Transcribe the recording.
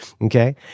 Okay